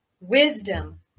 Wisdom